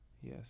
Yes